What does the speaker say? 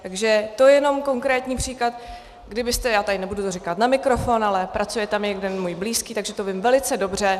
Takže to jenom konkrétní příklad, kdybyste já tady nebudu říkat na mikrofon, ale pracuje tam jeden můj blízký, takže to vím velice dobře.